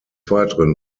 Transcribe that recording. weiteren